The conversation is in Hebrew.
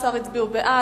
13 הצביעו בעד,